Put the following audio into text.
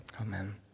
Amen